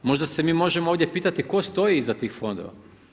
Možda se mi možemo ovdje pitati tko stoji iza tih fondova?